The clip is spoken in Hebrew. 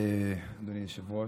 אדוני היושב-ראש,